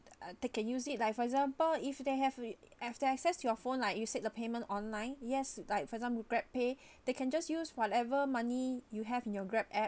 uh they can use it like for example if they have access to your phone like you said the payment online yes like for example grab pay they can just use whatever money you have in your grab app